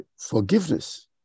forgiveness